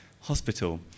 Hospital